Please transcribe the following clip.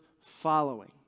following